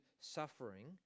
suffering